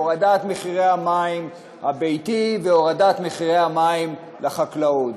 הורדת מחירי המים לשימוש הביתי והורדת מחירי המים לחקלאות,